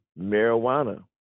marijuana